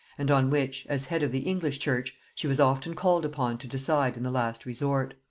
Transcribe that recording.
and on which, as head of the english church, she was often called upon to decide in the last resort.